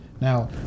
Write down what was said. Now